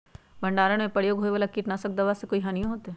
भंडारण में प्रयोग होए वाला किट नाशक दवा से कोई हानियों होतै?